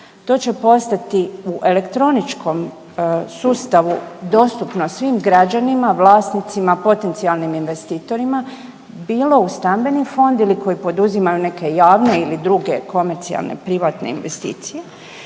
To će postati u elektroničkom sustavu dostupno svim građanima vlasnicima, potencijalnim investitorima bilo u stambeni fond ili koji poduzimaju neke javne ili druge komercijalne privatne investicije